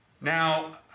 Now